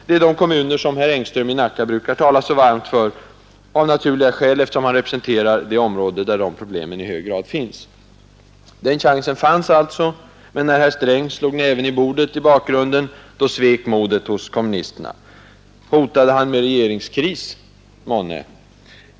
Det är de kommuner som herr Engström i Nacka brukar tala så varmt för — av naturliga skäl, eftersom han representerar ett område där dessa problem i hög grad finns. Den chansen förelåg alltså, men när herr Sträng slog näven i bordet i bakgrunden så svek modet hos kommunisterna. Hotade herr Sträng med regeringskris månne?